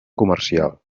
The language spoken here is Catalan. comercial